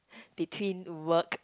between work